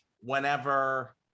whenever